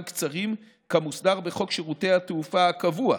קצרים כמוסדר בחוק שירותי התעופה הקבוע,